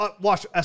watch